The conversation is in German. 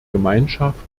gemeinschaft